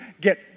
get